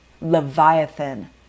Leviathan